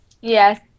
Yes